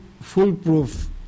foolproof